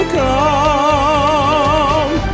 come